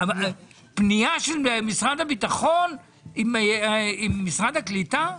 פנייה של משרד הביטחון עם משרד הקליטה?